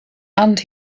and